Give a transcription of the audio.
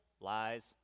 Lies